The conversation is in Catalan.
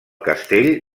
castell